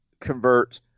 convert